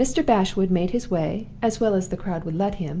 mr. bashwood made his way, as well as the crowd would let him,